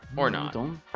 or not don't